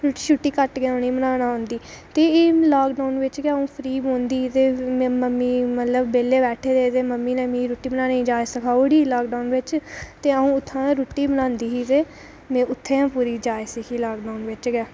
रुट्टी घट्ट गै उ'नेंगी बनाना औंदी ते एह् लाकडाऊन बिच गै अंऊ फ्री बौहंदी ते मम्मी मतलब बैठे दे हे ते मम्मी नै मिगी रुट्टी बनाने दी जा सखाई ओड़ी लाकडाऊन बिच ते अंऊ इत्थां रुट्टी बनांदी ही ते मे उत्थां गै पूरी जाच सिक्खी लाकडाऊन बिच